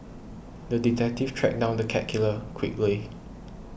the detective tracked down the cat killer quickly